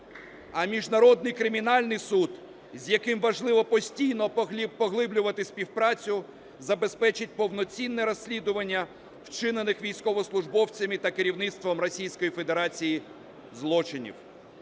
А Міжнародний кримінальний суд, з яким важливо постійно поглиблювати співпрацю, забезпечить повноцінне розслідування вчинених військовослужбовцями та керівництвом Російської